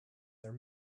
their